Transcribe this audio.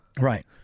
right